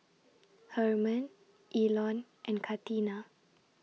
Hermon Elon and Katina